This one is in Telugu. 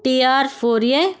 TR four a